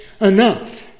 enough